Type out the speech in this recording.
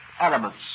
elements